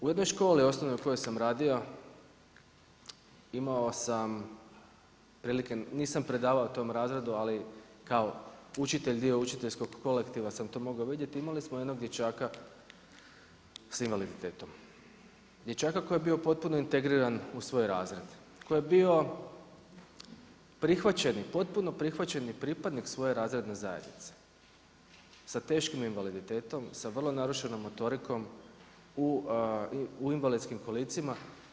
U jednoj školi osnovnoj u kojoj sam radio imao sam prilike, nisam predavao tom razredu ali kao učitelj, dio učiteljskog kolektiva sam to mogao vidjeti imali smo jednog dječaka sa invaliditetom, dječaka koji je bio potpuno integriran u svoj razred, koji je bio prihvaćen, potpuno prihvaćeni pripadnik svoje razredne zajednice sa teškim invaliditetom, sa vrlo narušenom motorikom, u invalidskim kolicima.